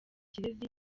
ikirezi